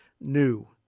new